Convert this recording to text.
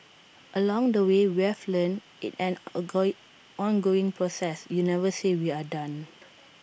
along the way we've learnt IT an ongoing ongoing process you never say we're done